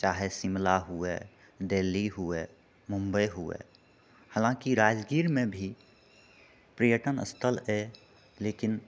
चाहे शिमला हुए देलही हुए मुम्बइ हुए हलाँकि राजगिरमे भी पर्यटन स्थल यऽलेकिन